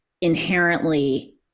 inherently